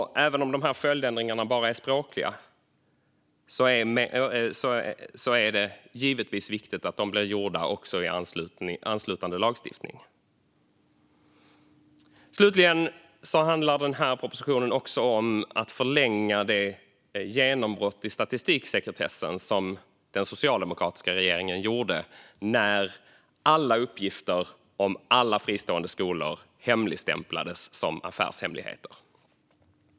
Även om dessa följdändringar bara är språkliga är det givetvis viktigt att de blir gjorda också i anslutande lagstiftning. Propositionen handlar också om att förlänga det genombrott i statistiksekretessen som den socialdemokratiska regeringen gjorde när alla uppgifter om alla fristående skolor hemligstämplades som affärshemligheter.